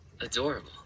adorable